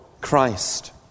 Christ